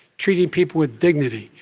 treating people with dignity,